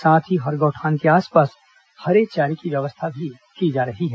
साथ ही हर गौठान के आसपास हरे चारे की व्यवस्था भी की जा रही है